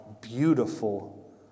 beautiful